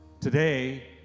Today